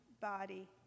body